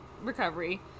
recovery